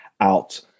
out